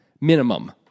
Minimum